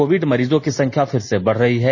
Covid मरीजों की संख्या फिर से बढ़ रही है